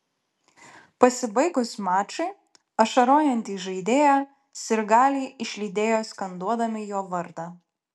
pasibaigus mačui ašarojantį žaidėją sirgaliai išlydėjo skanduodami jo vardą